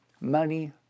money